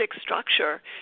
structure